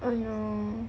!aiyo!